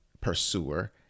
pursuer